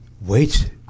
Wait